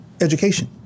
education